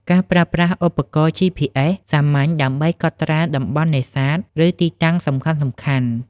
ការប្រើប្រាស់ឧបករណ៍ GPS សាមញ្ញដើម្បីកត់ត្រាតំបន់នេសាទ ឬទីតាំងសំខាន់ៗ។